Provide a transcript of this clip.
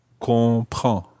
comprend